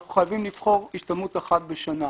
אנחנו חייבים לבחור השתלמות אחת בשנה.